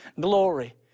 Glory